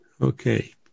Okay